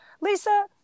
Lisa